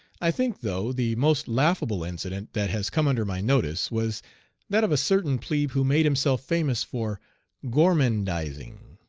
i think, though, the most laughable incident that has come under my notice was that of a certain plebe who made himself famous for gourmandizing.